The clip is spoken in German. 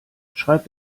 schreib